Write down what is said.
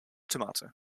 tomato